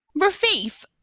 Rafif